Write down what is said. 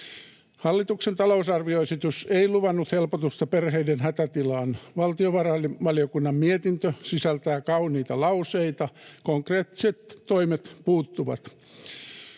Hallituksen talousarvioesitys ei luvannut helpotusta perheiden hätätilaan. Valtiovarainvaliokunnan mietintö sisältää kauniita lauseita. Konkreettiset toimet puuttuvat.